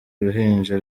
uruhinja